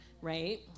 right